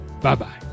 bye-bye